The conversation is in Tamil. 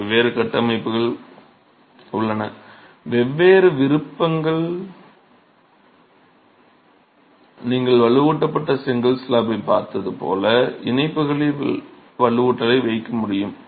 வெவ்வேறு கட்டமைப்புகள் உள்ளன வெவ்வேறு விருப்பங்கள் நீங்கள் வலுவூட்டப்பட்ட செங்கல் ஸ்லாப்பைப் பார்த்தது போல் இணைப்புகளில் வலுவூட்டலை வைக்க முடியும்